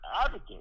advocate